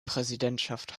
präsidentschaft